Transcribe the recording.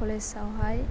college आवहाय